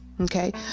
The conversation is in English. Okay